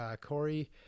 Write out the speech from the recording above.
Corey